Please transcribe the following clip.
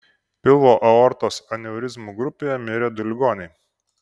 pilvo aortos aneurizmų grupėje mirė du ligoniai